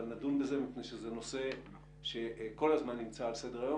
אבל נדון בזה מפני שזה נושא שכל הזמן נמצא על סדר-היום